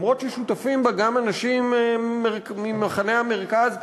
אף-על-פי ששותפים בה גם אנשים ממחנה המרכז,